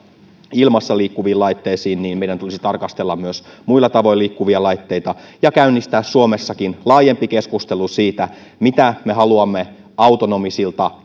ilmassa liikkuviin laitteisiin meidän tulisi tarkastella myös muilla tavoin liikkuvia laitteita ja käynnistää suomessakin laajempi keskustelu siitä mitä me haluamme autonomisilta